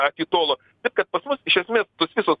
atitolo taip kad pas mus iš esmės tos visos